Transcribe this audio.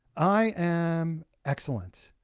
i am excellent.